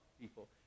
people